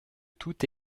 toute